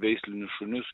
veislinius šunis